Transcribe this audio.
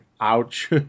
ouch